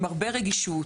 עם הרבה רגישות,